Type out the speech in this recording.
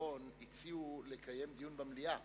וגלאון הציעו לקיים דיון במליאה.